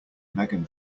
megan